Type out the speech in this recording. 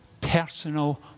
personal